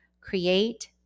create